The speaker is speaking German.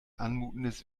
anmutendes